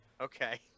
Okay